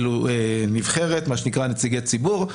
מה שנקרא נציגי ציבור,